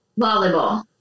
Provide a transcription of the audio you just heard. Volleyball